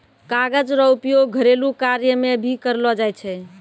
कागज रो उपयोग घरेलू कार्य मे भी करलो जाय छै